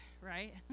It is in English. right